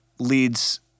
leads